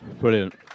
Brilliant